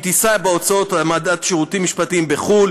היא תישא בהוצאות העמדת שירותים משפטיים בחו"ל